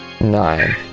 Nine